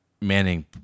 Manning